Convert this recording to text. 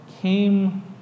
came